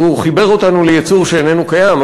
אז הוא חיבר אותנו ליצור שאיננו קיים.